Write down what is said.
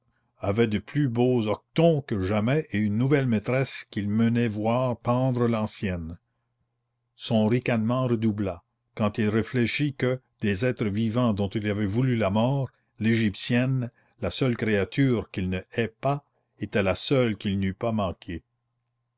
avait de plus beaux hoquetons que jamais et une nouvelle maîtresse qu'il menait voir pendre l'ancienne son ricanement redoubla quand il réfléchit que des êtres vivants dont il avait voulu la mort l'égyptienne la seule créature qu'il ne hait pas était la seule qu'il n'eût pas manquée